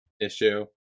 issue